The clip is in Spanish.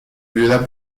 viuda